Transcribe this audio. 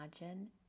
imagine